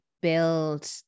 build